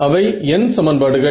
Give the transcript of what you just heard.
அவை n சமன்பாடுகள்